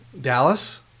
Dallas